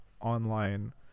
online